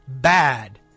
bad